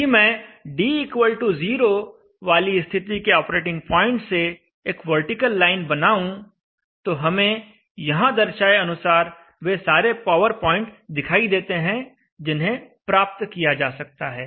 यदि मैं d 0 वाली स्थिति के ऑपरेटिंग पॉइंट से एक वर्टिकल लाइन बनाऊं तो हमें यहां दर्शाए अनुसार वे सारे पावर पॉइंट दिखाई देते हैं जिन्हें प्राप्त किया जा सकता है